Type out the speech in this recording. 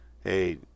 hey